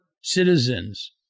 citizens